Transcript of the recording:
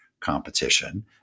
competition